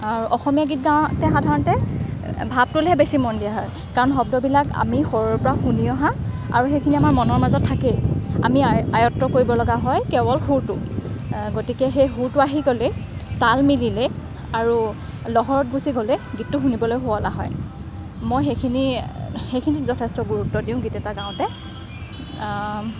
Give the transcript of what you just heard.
অসমীয়া গীত গাওঁতে সাধাৰণতে ভাৱটোলেহে বেছিকৈ মন দিয়া হয় কাৰণ শব্দবিলাক আমি সৰুৰ পৰা শুনি অহা আৰু সেইখিনি আমাৰ মনৰ মাজত থাকেই আমি আয়ত্ত্ব কৰিব লগা হয় কেৱল সুৰটো গতিকে সেই সুৰটো আহি গ'লেই তাল মিলিলে আৰু লহৰত গুছি গ'লে গীতটো শুনিবলৈ শুৱলা হয় মই সেইখিনি সেইখিনিত যথেষ্ট গুৰুত্ব দিওঁ গীত এটা গাওঁতে